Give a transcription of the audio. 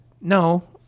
no